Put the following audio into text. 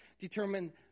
determine